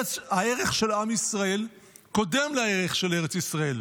הערך של עם ישראל קודם לערך של ארץ ישראל.